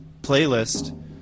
Playlist